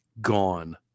Gone